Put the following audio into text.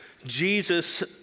Jesus